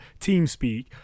TeamSpeak